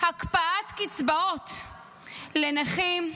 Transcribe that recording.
הקפאת קצבאות לנכים,